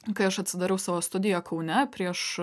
kai aš atsidariau savo studiją kaune prieš